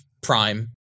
Prime